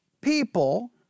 people